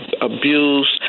abused